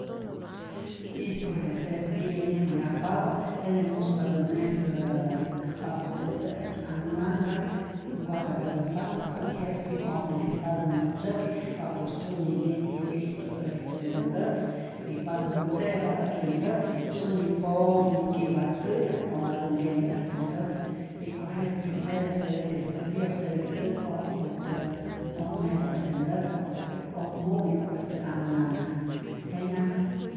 Ijtu je cepillu nyäjmayajpapä', jete muspatä mesäää wa'kutyä ntze' äjtyä anhnanhka, nkojtapyatä pasta y je'tji'k ojmejpatä mä'tzyäki' wa'ku sunyi limpiu ijtu äjtyä ntätz, y cuandotä ntze'pa äjtyä ntätz sunyi pomni'ki'pa tzä'pya, ompatä nkena äjtyä ntätz, jiko' jetpi'k, jete se je cepillu servitzäkpa wa'kutyä ojmeju äjtyä ntätz, wakutyä ojmu'yu ajtyä anhnanhka, jenyanhkä'.